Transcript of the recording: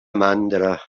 mandra